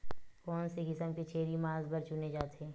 कोन से किसम के छेरी मांस बार चुने जाथे?